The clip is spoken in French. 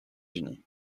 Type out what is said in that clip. unis